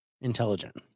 intelligent